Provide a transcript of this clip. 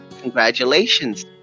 congratulations